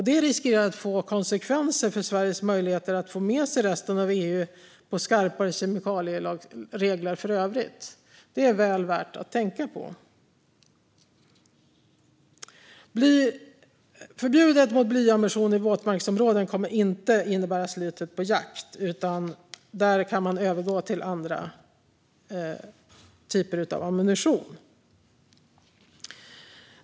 Det riskerar att få konsekvenser för Sveriges möjligheter att få med sig resten av EU på skarpa kemikalieregler för övrigt. Det är väl värt att tänka på. Förbudet mot blyammunition i våtmarksområden kommer inte att innebära ett slutet på jakt. Där kan man övergå till andra typer av ammunition. Fru talman!